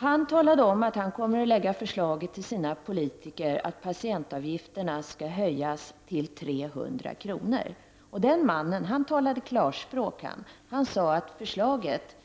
Han talade om att han kommer att lägga fram ett förslag för sina politiker om att patientavgifterna skall höjas till 300 kr. Den mannen talade klarspråk. Han sade att förslaget